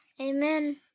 amen